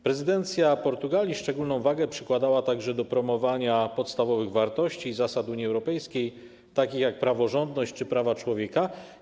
Prezydencja Portugalii szczególną wagę przykładała także do promowania podstawowych wartości i zasad Unii Europejskiej, takich jak praworządność czy prawa człowieka.